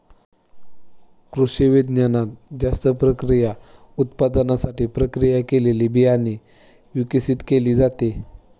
कृषिविज्ञानात जास्त पीक उत्पादनासाठी प्रक्रिया केलेले बियाणे विकसित केले जाते